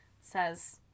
says